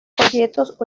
folletos